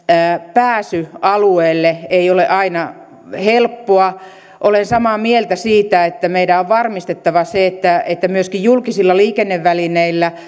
pääsy alueelle ei ole aina helppoa olen samaa mieltä siitä että meidän on varmistettava se että että myöskin julkisilla liikennevälineillä